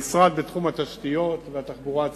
המשרד, בתחום התשתיות והתחבורה הציבורית,